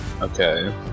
Okay